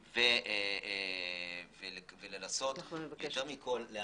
ולנסות יותר מכל,